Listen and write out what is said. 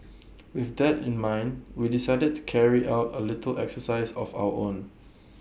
with that in mind we decided to carry out A little exercise of our own